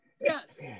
Yes